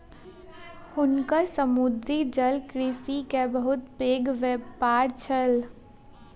हुनकर समुद्री जलकृषि के बहुत पैघ व्यापार छल